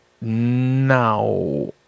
Now